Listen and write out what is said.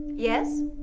yes?